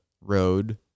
road